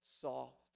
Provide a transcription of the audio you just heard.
soft